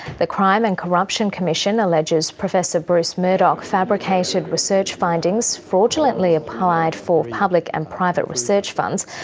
the crime and corruption commission alleges professor bruce murdoch fabricated research findings, fraudulently applied for public and private research funds,